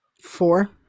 Four